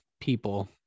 people